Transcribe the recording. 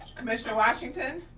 commissioner washington,